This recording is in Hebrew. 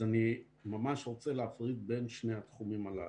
אז אני ממש רוצה להפריד בין שני התחומים הללו.